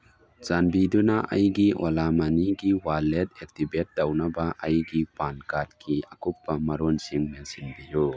ꯆꯥꯟꯕꯤꯗꯨꯅ ꯑꯩꯒꯤ ꯑꯣꯂꯥ ꯃꯅꯤꯒꯤ ꯋꯥꯜꯂꯦꯠ ꯑꯦꯛꯇꯤꯚꯦꯠ ꯇꯧꯅꯕ ꯑꯩꯒꯤ ꯄꯥꯟ ꯀꯥꯔꯠꯀꯤ ꯑꯀꯨꯞꯄ ꯃꯔꯣꯟꯁꯤꯡ ꯃꯦꯟꯁꯤꯟꯕꯤꯌꯨ